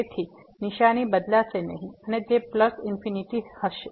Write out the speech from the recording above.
તેથી નીશાની બદલાશે નહીં અને તે પ્લસ ઇન્ફીનીટી હશે